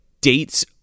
dates